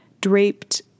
draped